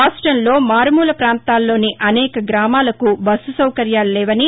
రాష్టంలో మారుమూల పాంతాల్లోని అనేక గ్రామాలకు బస్సు సౌకర్యాలు లేవని